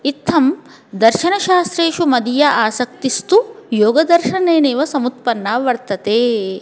इत्थं दर्शनशास्त्रेषु मदीया आसक्तिस्तु योगदर्शनेनेव समुत्पन्ना वर्तते